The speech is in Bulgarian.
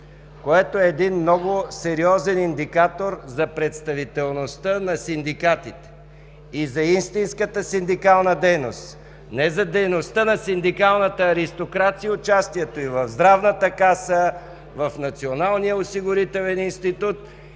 което е един много сериозен индикатор за представителността на синдикатите и за истинската синдикална дейност. Не за дейността на синдикалната организация и участието й в Здравната каса, в Националния осигурителен институт